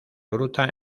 gruta